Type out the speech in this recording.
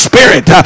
Spirit